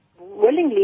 willingly